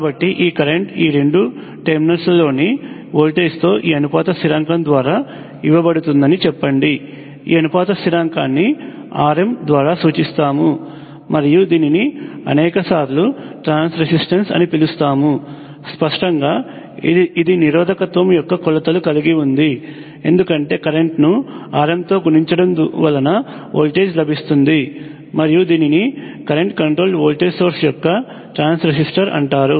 కాబట్టి ఈ కరెంట్ ఈ రెండు టెర్మినల్స్లోని వోల్టేజ్ తో ఈ అనుపాత స్థిరాంకం ద్వారా ఇవ్వబడుతుందని చెప్పండి ఈ అనుపాత స్థిరాంకాన్ని Rm ద్వారా సూచిస్తాము మరియు దీనిని అనేక సార్లు ట్రాన్స్ రెసిస్టెన్స్ అని పిలుస్తాము స్పష్టంగా ఇది నిరోధకత్వం యొక్క కొలతలు కలిగి ఉంది ఎందుకంటే కరెంట్ను Rm తో గుణించడము వలన వోల్టేజ్ లభిస్తుంది మరియు దీనిని కరెంట్ కంట్రోల్డ్ వోల్టేజ్ సోర్స్ యొక్క ట్రాన్స్ రెసిస్టెన్స్ అంటారు